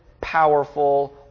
powerful